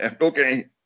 okay